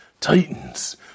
Titans